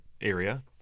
area